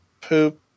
Poop